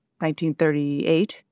1938